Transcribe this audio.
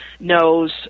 Knows